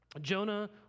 Jonah